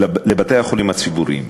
לבתי-החולים הציבוריים.